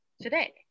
today